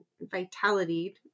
vitality